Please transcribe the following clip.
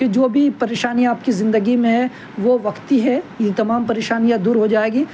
جو بھی پریشانیاں آپ کی زندگی میں ہیں وہ وقتی ہیں یہ تمام پریشانیاں دور ہو جائیں گی